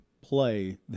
play